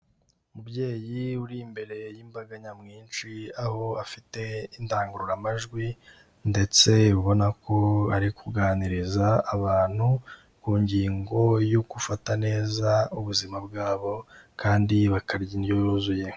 Umubyeyi uri imbere y'imbaga nyamwinshi, aho afite indangururamajwi ndetse ubona ko ari kuganiriza abantu ku ngingo yo gufata neza ubuzima bwabo kandi bakarya indyo yuzuye.